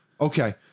Okay